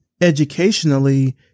educationally